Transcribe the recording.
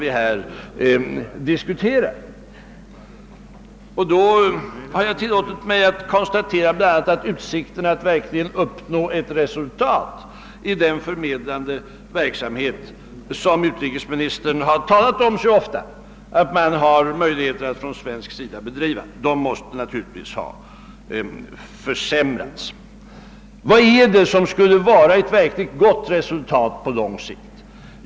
Jag har därför bland annat tillåtit mig att konstatera att utsikterna att verkligen uppnå ett resultat i den förmedlande verksamhet, som utrikesministern så ofta framhållit att vi på svenskt håll har möjlighet att bedriva, naturligtvis måste ha försämrats. Vad skulle på lång sikt kunna betraktas som ett gott resultat i Vietnam?